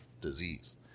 disease